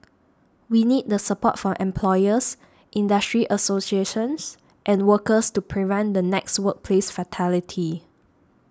we need the support from employers industry associations and workers to prevent the next workplace fatality